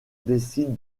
décide